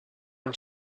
and